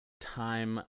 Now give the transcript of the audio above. time